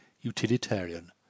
utilitarian